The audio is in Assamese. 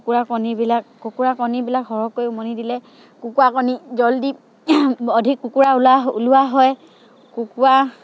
কুকুৰা কণীবিলাক কুকুৰা কণীবিলাক সৰহকৈ উমনি দিলে কুকুৰা কণী জলদি অধিক কুকুৰা ওলা ওলোৱা হয় কুকুৰা